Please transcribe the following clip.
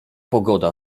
pogoda